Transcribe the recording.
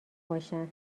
باشن